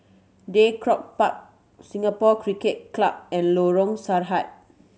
Draycott Park Singapore Cricket Club and Lorong Sarhad